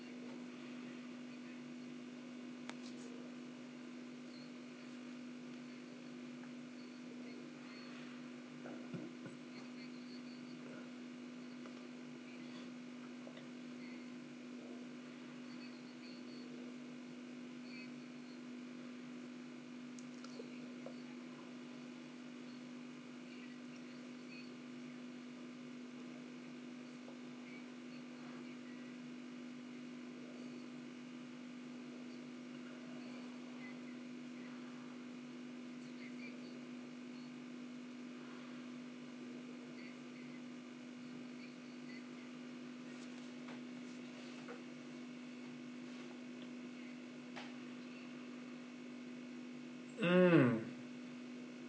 mm